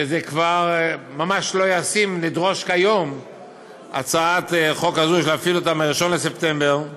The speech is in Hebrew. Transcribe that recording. וזה כבר ממש לא ישים לדרוש להפעיל הצעת חוק כזאת מ-1 בספטמבר,